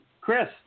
Chris